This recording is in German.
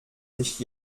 sich